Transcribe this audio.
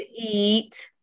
eat